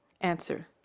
Answer